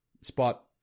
spot